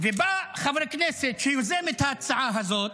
ובא חבר הכנסת שיוזם את ההצעה הזאת